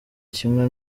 kimwe